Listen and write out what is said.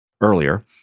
earlier